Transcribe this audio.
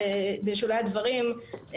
בשולי הדברים,